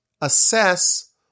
assess